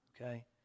okay